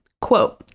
Quote